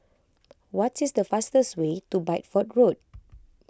what is the fastest way to Bideford Road